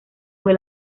fue